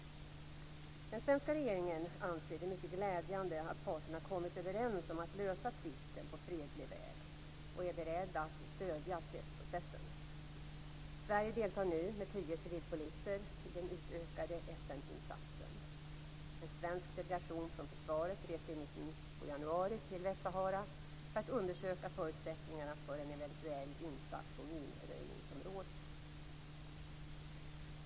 Den svenska regeringen anser det mycket glädjande att parterna kommit överens om att lösa tvisten på fredlig väg och är beredd att stödja fredsprocessen. Sverige deltar nu med tio civilpoliser i den utökade FN-insatsen. En svensk delegation från försvaret reste i mitten på januari till Västsahara för att undersöka förutsättningarna för en eventuell insats på minröjningsområdet.